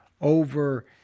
over